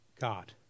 God